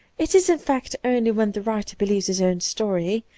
it is, in fact, only when the writer believes his own story,